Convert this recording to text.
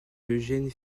eugène